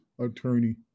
attorney